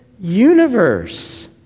universe